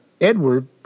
Edward